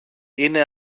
είναι